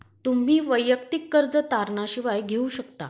तुम्ही वैयक्तिक कर्ज तारणा शिवाय घेऊ शकता